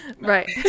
Right